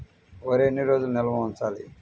వరి ఎన్ని రోజులు నిల్వ ఉంచాలి?